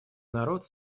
народ